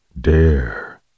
Dare